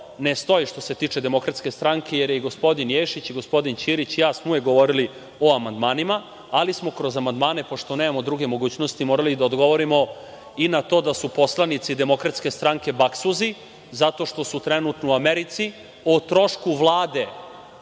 ne stoji što se tiče DS, jer i gospodin Ješić i gospodin Ćirić i ja smo uvek govorili o amandmanima, ali smo kroz amandmane, pošto nemamo druge mogućnosti morali da odgovorimo i na to da su poslanici DS baksuzi zato što su trenutno u Americi, o trošku Vlade